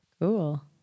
Cool